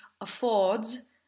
affords